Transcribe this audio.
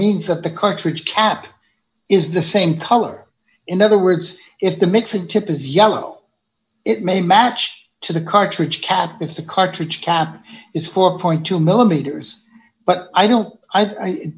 means that the cartridge cap is the same color in other words if the mix a tip is yellow it may match to the cartridge cap because the cartridge cap is four point two millimeters but i don't i